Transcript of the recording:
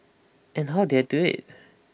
and how did I do it